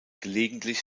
gelegentlich